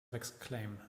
exclaim